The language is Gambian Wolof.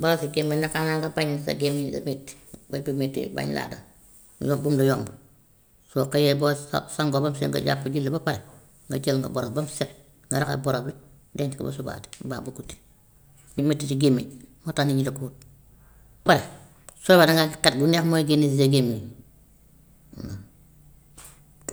Borosu gémméñ de xanaa nga bañ sa gémméñ gi metti bëñ bu metti ban laa dal nga bugg lu yomb. Soo xëyee boo sa- sangoo ba mu set nga jàpp julli ba pare nga jël nga boros ba mu set, nga raxas boros bi denc ko ba subaati mbaa ba guddi, mettitu gémméñ moo tax nit ñi di ko ut. Pare su booba dangay am xet bu neex mooy génnee si sa gémméñ.